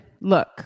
look